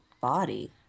body